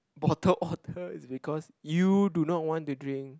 bottled water is because you do not want to drink